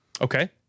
okay